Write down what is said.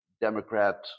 Democrat